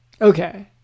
Okay